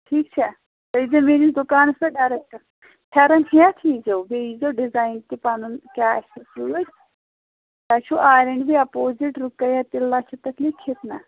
ٹھیٖک چھا تُہۍ ییٖزیو میٛٲنِس دُکانَس پٮ۪ٹھ پھٮ۪رَن ہٮ۪تھ ییٖزیو بیٚیہِ ییٖزیو ڈِزایِن تہِ پَنُن کیٛاہ آسِوٕ سۭتۍ تۄہہِ چھُ آر اینٛڈ بی اَپوزِٹ رُقَیہ تِلہ چھُ تَتھ لیٖکِتھ نہ